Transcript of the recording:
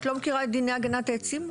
לא, את לא מכירה את דיני הגנת העצים?